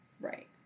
Right